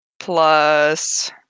Plus